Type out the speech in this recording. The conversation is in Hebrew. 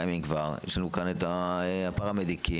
יש פרמדיקים,